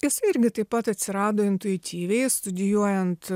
jisai irgi taip pat atsirado intuityviai studijuojant